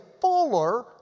fuller